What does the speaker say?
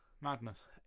madness